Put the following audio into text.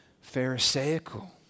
pharisaical